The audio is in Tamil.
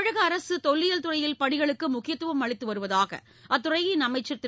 தமிழக அரசு தொல்லியல் துறையின் பணிகளுக்கு முக்கியத்துவம் அளித்து வருவதாக அத்துறைக்கான அமைச்சர் திரு